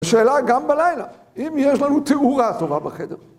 שאלה גם בלילה, אם יש לנו תאורה טובה בחדר.